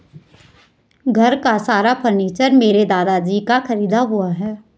घर का सारा फर्नीचर मेरे दादाजी का खरीदा हुआ है